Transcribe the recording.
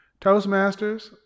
Toastmasters